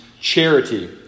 charity